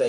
ההימורים